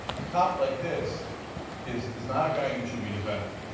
a cop like this is is not a guy you should be defending.